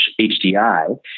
HDI